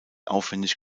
aufwendig